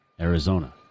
Arizona